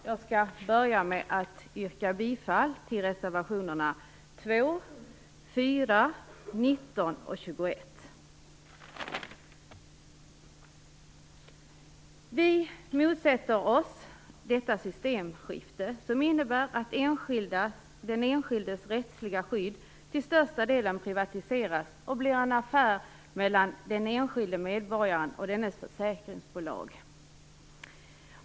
Jag skall börja med att yrka bifall till reservationerna Vi motsätter oss detta systemskifte, som innebär att den enskildes rättsliga skydd till största delen privatiseras och blir en affär mellan den enskilde medborgaren och dennes försäkringsbolag.